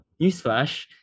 newsflash